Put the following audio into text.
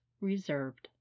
reserved